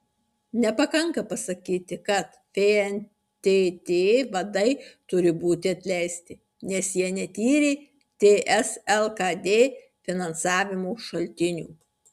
nepakanka pasakyti kad fntt vadai turi būti atleisti nes jie netyrė ts lkd finansavimo šaltinių